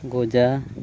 ᱜᱚᱡᱟ